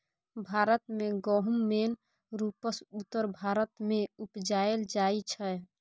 भारत मे गहुम मेन रुपसँ उत्तर भारत मे उपजाएल जाइ छै